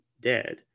dead